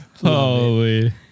Holy